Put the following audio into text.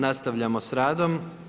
Nastavljamo s radom.